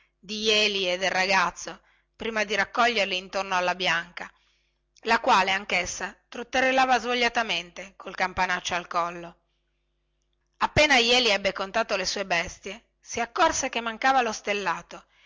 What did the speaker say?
di jeli e del ragazzo prima di raccoglierli attorno alla bianca la quale anchessa trotterellava svogliatamente col campanaccio al collo appena jeli ebbe contato le sue bestie si accorse che mancava lo stellato